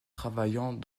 travaillant